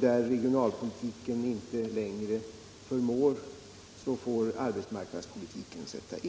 Där regionalpolitiken inte längre räcker till får arbetsmarknadspolitiken sätta in.